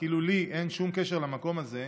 כאילו לי אין שום קשר למקום הזה,